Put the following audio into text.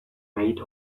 made